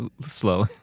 slow